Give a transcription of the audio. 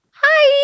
hi